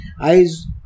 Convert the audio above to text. Eyes